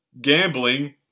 gambling